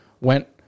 went